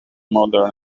mother